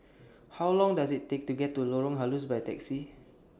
How Long Does IT Take to get to Lorong Halus By Taxi